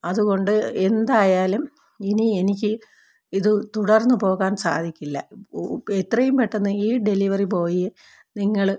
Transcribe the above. അതുകൊണ്ട് എന്തായാലും ഇനി എനിക്ക് ഇത് തുടർന്നു പോകാൻ സാധിക്കില്ല എത്രയും പെട്ടെന്ന് ഈ ഡെലിവറി ബോയിയെ നിങ്ങൾ